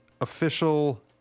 official